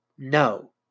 No